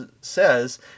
says